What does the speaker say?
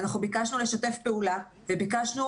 ואנחנו ביקשנו לשתף פעולה וביקשנו